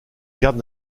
garde